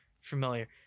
familiar